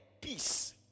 peace